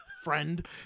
friend